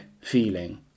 feeling